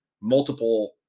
multiple